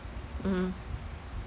mmhmm